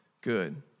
good